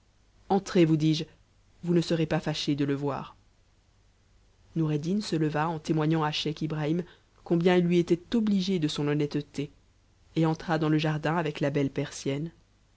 entrez vous dis-je vous ne serez pas fàché de le voir noureddin se leva en témoignant à scheich ibrahim combien il lui était obligé de son honnêteté et entra dans le jardin avec la belle persienne